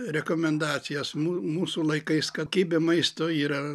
rekomendacijas mu mūsų laikais kakybė maisto yra